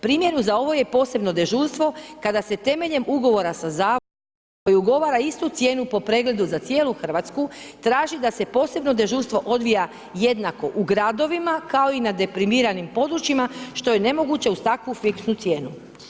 Primjer za ovo je posebno dežurstvo kada se temeljem ugovora sa zavodom koji ugovara istu cijenu po pregledu za cijelu Hrvatsku traži da se posebno dežurstvo odvija jednako u gradovima kao i na deprimiranim područjima što je nemoguće uz takvu fiksnu cijenu.